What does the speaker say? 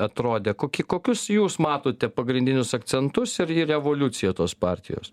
atrodė koki kokius jūs matote pagrindinius akcentus ir ir evoliuciją tos partijos